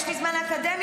יש לי זמן לאקדמיה?